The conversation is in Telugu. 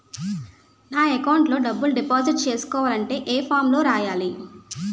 నా అకౌంట్ లో డబ్బులు డిపాజిట్ చేసుకోవాలంటే ఏ ఫామ్ లో రాయాలి?